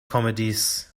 comedies